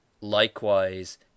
Likewise